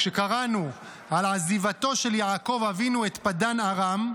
כשקראנו על עזיבתו של יעקב אבינו את פדן ארם,